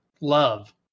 love